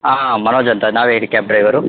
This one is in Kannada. ಹಾಂ ಮನೋಜ್ ಅಂತ ನಾವೇ ಹೇಳಿ ಕ್ಯಾಬ್ ಡ್ರೈವರು